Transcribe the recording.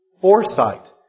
foresight